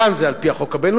כאן זה על-פי החוק הבין-לאומי,